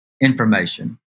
information